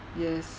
yes